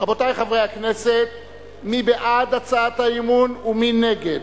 רבותי חברי הכנסת, מי בעד הצעת האי-אמון ומי נגד?